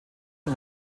und